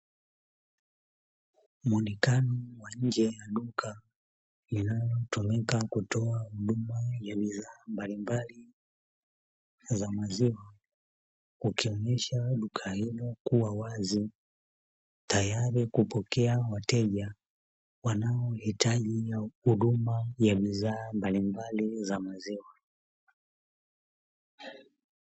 Muonekano wa nje ya duka linalotumika kutoa huduma ya bidhaa mbalimbali za maziwa, ukionyesha duka hilo kuwa wazi tayari kupokea wateja wanaohitaji huduma ya bidhaa mbalimbali za maziwa.